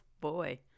boy